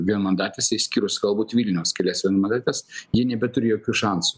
vienmandatėse išskyrus galbūt vilniaus kelias vienmandates ji nebeturi jokių šansų